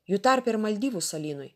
jų tarpe ir maldyvų salynui